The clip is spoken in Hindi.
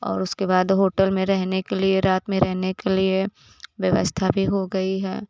और उसके बाद होटल में रहने के लिए रात में रहने के लिए व्यवस्था भी हो गई है